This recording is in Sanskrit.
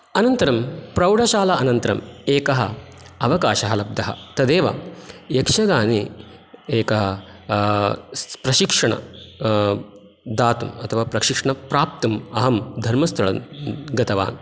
अनन्तरं प्रौढशाला अनन्तरम् एकः अवकाशः लब्धः तदेव यक्षगाने एका प्रशिक्षण दातुं अथवा प्रशिक्षणं प्राप्तुम् अहं धर्मस्थलं ग् गतवान्